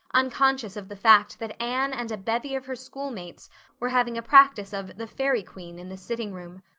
unconscious of the fact that anne and a bevy of her schoolmates were having a practice of the fairy queen in the sitting room.